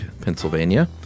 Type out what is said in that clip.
Pennsylvania